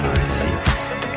resist